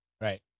Right